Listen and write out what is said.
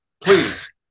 please